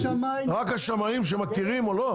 רק השמאים שמכירים או לא?